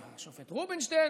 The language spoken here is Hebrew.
השופט בדימוס רובינשטיין,